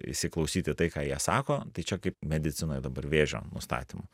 įsiklausyt į tai ką jie sako tai čia kaip medicinoj dabar vėžio nustatym